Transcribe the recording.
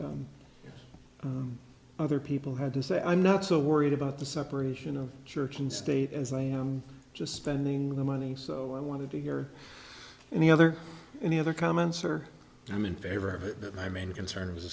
when other people had to say i'm not so worried about the separation of church and state as i am just spending the money so i want to hear any other any other comments or i'm in favor of it but my main concern is